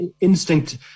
instinct